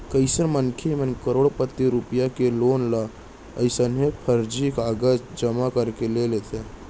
कइझन मनखे मन करोड़ो रूपिया के लोन ल अइसने फरजी कागज जमा करके ले लेथे